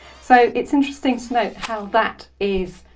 so it's interesting to note how that is